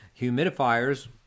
humidifiers